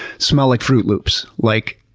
smell like froot loops, like,